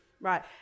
right